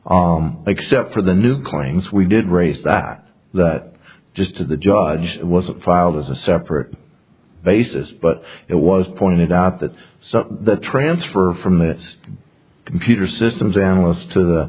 except for the new claims we did raise that just to the judge wasn't filed as a separate basis but it was pointed out that the transfer from this computer systems analyst to